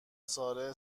ساره